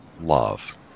love